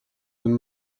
and